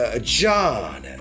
John